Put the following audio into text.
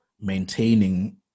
maintaining